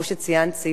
כמו שציינת,